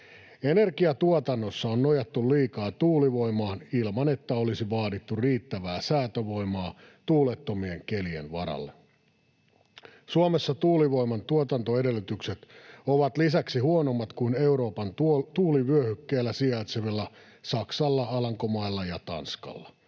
Energiatuotannossa on nojattu liikaa tuulivoimaan ilman, että olisi vaadittu riittävää säätövoimaa tuulettomien kelien varalle. Suomessa tuulivoiman tuotantoedellytykset ovat lisäksi huonommat kuin Euroopan tuulivyöhykkeellä sijaitsevilla Saksalla, Alankomailla ja Tanskalla.